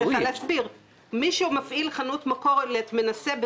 הדבר משול למי שמפעיל חנות מכולת ומנסה לעבור